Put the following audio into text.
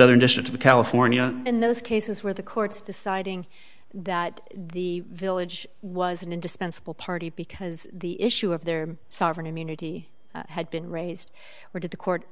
of california in those cases where the courts deciding that the village was an indispensable party because the issue of their sovereign immunity had been raised where did the court